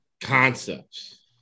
concepts